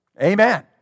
Amen